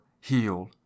healed